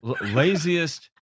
laziest